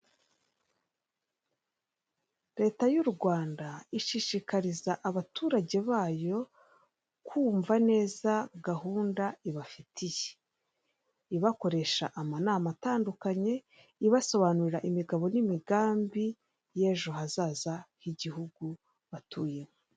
Leta y'u Rwanda ishishikariza abaturage bayo kumva neza gahunda ibafitiye, ibakoresha amanama atandukanye, ibasobanurira imigabo n'imigambi y'ejo hazaza h'igihugu batuye.